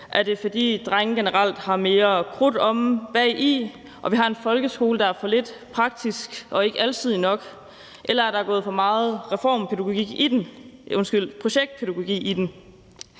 Er det, fordi drenge generelt har mere krudt omme bagi og vi har en folkeskole, der er for lidt praktisk og ikke alsidig nok? Eller er der gået for meget projektpædagogik i den?